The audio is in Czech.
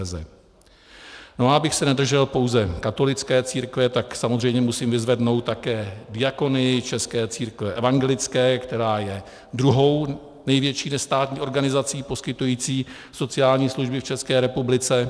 A abych se nedržel pouze katolické církve, tak samozřejmě musím vyzvednout také Diakonii České církve evangelické, která je druhou největší nestátní organizací poskytující sociální služby v České republice.